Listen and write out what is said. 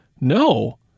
No